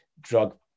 drug